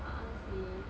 a'ah seh